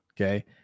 Okay